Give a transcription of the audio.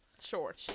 sure